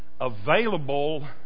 available